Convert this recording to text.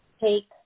take